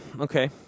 okay